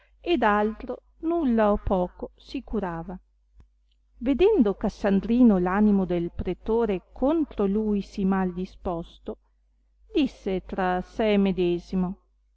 e d'altro nulla o poco si curava vedendo cassandrino l'animo del pretore contro lui sì mal disposto disso tra se medesimo